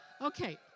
Okay